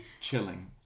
Chilling